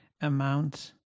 amount